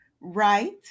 right